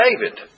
David